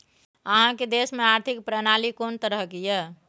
अहाँक देश मे आर्थिक प्रणाली कोन तरहक यै?